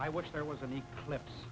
i wish there was an eclipse